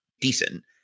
decent